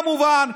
כמובן,